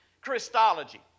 Christology